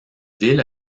ville